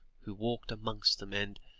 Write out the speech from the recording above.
who walked amongst them, and